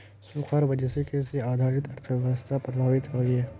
सुखार वजह से कृषि आधारित अर्थ्वैवास्था प्रभावित होइयेह